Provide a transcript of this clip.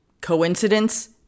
coincidence